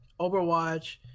Overwatch